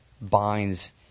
binds